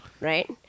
right